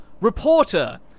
Reporter